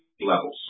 levels